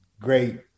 great